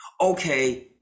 Okay